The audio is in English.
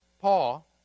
Paul